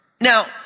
Now